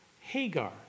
Hagar